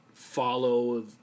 follow